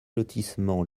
lotissement